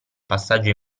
passaggio